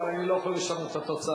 אבל אני לא יכול לשנות את התוצאה,